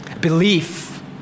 belief